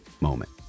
moment